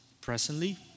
presently